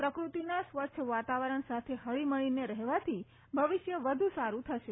પ્રકૃતિના સ્વચ્છ વાતાવરણ સાથે ફળીમળીને રફેવાથી ભવિષ્ય વધુ સારુ થશે